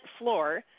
floor